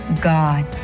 God